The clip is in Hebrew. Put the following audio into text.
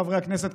חברי הכנסת,